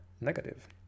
negative